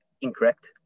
incorrect